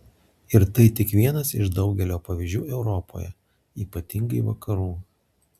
ir tai tik vienas iš daugelio pavyzdžių europoje ypatingai vakarų